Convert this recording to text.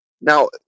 Now